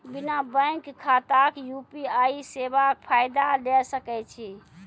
बिना बैंक खाताक यु.पी.आई सेवाक फायदा ले सकै छी?